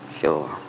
Sure